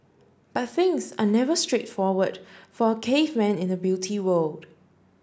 but things are never straightforward for a caveman in the beauty world